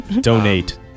Donate